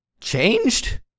changed